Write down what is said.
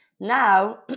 Now